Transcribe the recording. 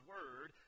Word